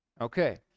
Okay